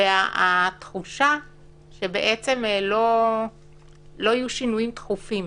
הציבור והתחושה שבעצם לא יהיו שינויים תכופים.